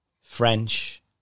French